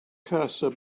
cursor